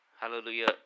Hallelujah